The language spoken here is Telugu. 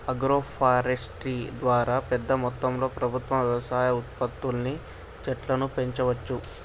ఆగ్రో ఫారెస్ట్రీ ద్వారా పెద్ద మొత్తంలో ప్రభుత్వం వ్యవసాయ ఉత్పత్తుల్ని చెట్లను పెంచవచ్చు